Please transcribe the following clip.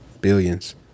billions